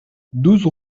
douze